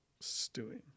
Stewing